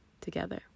Together